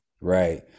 right